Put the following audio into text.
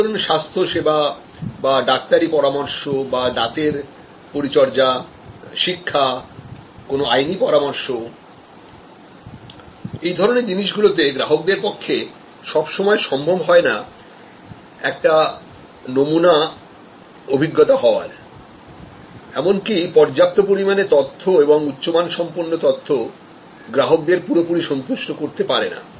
যেমন ধরুন স্বাস্থ্য সেবা বা ডাক্তারি পরামর্শ বা দাঁতের পরিচর্যা শিক্ষাকোন আইনি পরামর্শ এই ধরনের জিনিস গুলো তে গ্রাহকদের পক্ষে সব সময় সম্ভব হয় না একটা নমুনা অভিজ্ঞতা হওয়ার এমনকি পর্যাপ্ত পরিমাণে তথ্য এবং উচ্চমান সম্পন্ন তথ্য গ্রাহকদের পুরোপুরি সন্তুষ্ট করতে পারে না